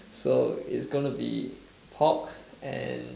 so it's going to be pork and